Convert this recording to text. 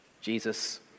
Jesus